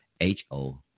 h-o